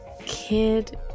Kid